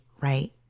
right